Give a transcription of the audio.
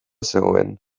zegoen